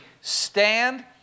stand